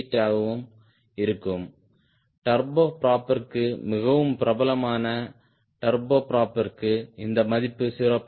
8 ஆகவும் இருக்கும் டர்போபிராப்பிற்கு மிகவும் பிரபலமான டர்போபிராப்பிற்கு இந்த மதிப்பு 0